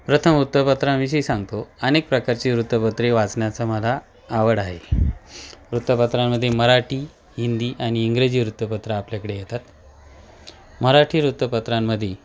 प्रथम वृत्तपत्रांविषयी सांगतो अनेक प्रकारची वृत्तपत्रे वाचण्याचा मला आवड आहे वृत्तपत्रांमध्ये मराठी हिंदी आणि इंग्रजी वृत्तपत्रं आपल्याकडे येतात मराठी वृत्तपत्रांमध्ये